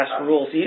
rules